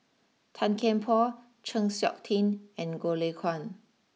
Tan Kian Por Chng Seok Tin and Goh Lay Kuan